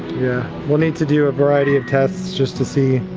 yeah, we'll need to do a variety of tests just to see